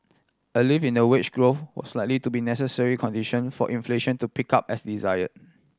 a lift in the wage growth was likely to be necessary condition for inflation to pick up as desire